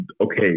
Okay